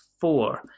four